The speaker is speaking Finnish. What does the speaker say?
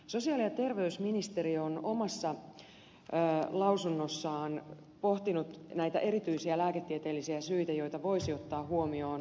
sosiaali ja terveysministeriö on omassa lausunnossaan pohtinut näitä erityisiä lääketieteellisiä syitä joita voisi ottaa huomioon